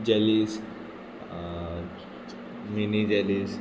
jellies mini jellies